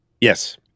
Yes